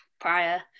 prior